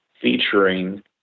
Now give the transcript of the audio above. featuring